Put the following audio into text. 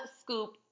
scoop